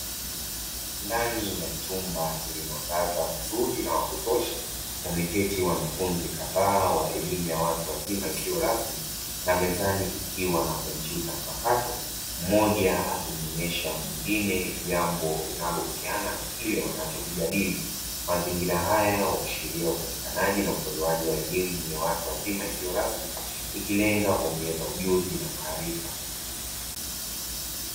Ndani ya chumba chenye mwangaza mzuri na wa kutosha, wameketi wanafunzi kadhaa wa elimu ya watu wazima isiyo rasmi, na mezani kukiwa na kompyuta mpakato; mmoja akimuonyesha mwingine jambo linalohusiana na kile wanachokijadili. Mazingira haya huashiria upatikanaji na utolewaji wa elimu ya watu wazima isiyo rasmi, ikilenga kuongeza ujuzi na maarifa.